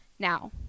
Now